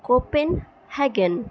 copenhagen